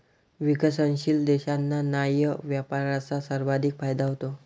विकसनशील देशांना न्याय्य व्यापाराचा सर्वाधिक फायदा होतो